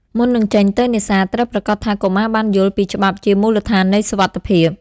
មុននឹងចេញទៅនេសាទ ត្រូវប្រាកដថា កុមារបានយល់ ពីច្បាប់ជាមូលដ្ឋាននៃសុវត្ថិភាព។